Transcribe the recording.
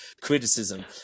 criticism